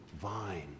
vine